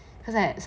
cause I've